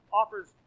offers